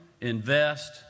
invest